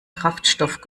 kraftstoff